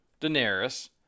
Daenerys